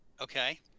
Okay